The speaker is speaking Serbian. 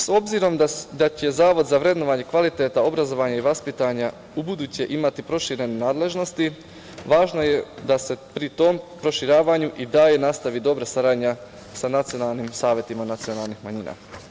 S obzirom da će Zavod za vrednovanje kvaliteta obrazovanja i vaspitanja ubuduće imati proširene nadležnosti, važno je da se pri tom proširivanju i dalje nastavi dobra saradnja sa nacionalnim savetima nacionalnih manjina.